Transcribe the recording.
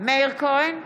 מאיר כהן,